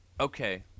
Okay